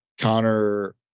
Connor